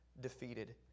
defeated